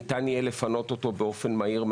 שניתן יהיה לפנות אותו מהשטח באופן מהיר.